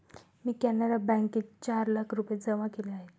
मी कॅनरा बँकेत चार लाख रुपये जमा केले आहेत